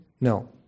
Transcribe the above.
No